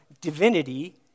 divinity